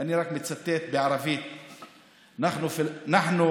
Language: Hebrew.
ואני רק מצטט בערבית (אומר דברים בשפה הערבית,